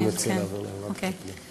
אני מציע להעביר לוועדת הפנים.